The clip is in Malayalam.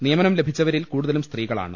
നിയമനം ലഭിച്ചവരിൽ കൂടുതലും സ്ത്രീകളാണ്